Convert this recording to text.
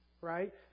Right